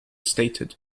stated